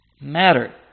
matter